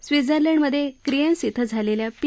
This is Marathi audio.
स्वित्झर्लंडमध्ये क्रिएन्स इथं झालेल्या पी